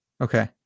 Okay